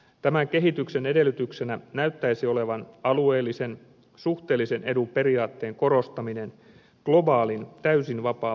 tämän kehityksen edellytyksenä näyttäisi olevan alueellisen suhteellisen edun periaatteen korostaminen globaalin täysin vapaan vaihdannan kustannuksella